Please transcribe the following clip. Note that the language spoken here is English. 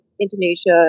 Indonesia